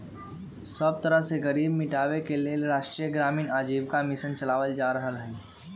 सब तरह से गरीबी मिटाबे के लेल राष्ट्रीय ग्रामीण आजीविका मिशन चलाएल जा रहलई ह